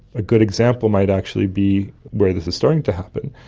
a good example might actually be where this is starting to happen,